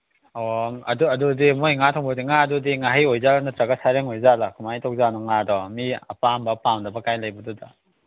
ꯑꯣ ꯑꯗꯨ ꯑꯗꯨꯗꯤ ꯃꯣꯏ ꯉꯥ ꯊꯣꯡꯕꯗꯨꯗꯤ ꯉꯥꯗꯨꯗꯤ ꯉꯥꯍꯩ ꯑꯣꯏꯖꯥꯠꯂꯥ ꯅꯠꯇ꯭ꯔꯒ ꯁꯥꯔꯦꯡ ꯑꯣꯏꯖꯥꯠꯂꯥ ꯀꯃꯥꯏꯅ ꯇꯧꯖꯥꯠꯅꯣ ꯉꯥꯗꯣ ꯃꯤ ꯑꯄꯥꯝꯕ ꯄꯥꯝꯗꯕ ꯀꯥꯏ ꯂꯩꯕꯗꯨꯗ